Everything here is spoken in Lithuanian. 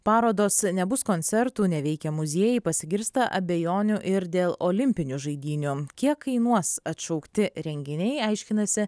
parodos nebus koncertų neveikė muziejai pasigirsta abejonių ir dėl olimpinių žaidynių kiek kainuos atšaukti renginiai aiškinasi